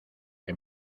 que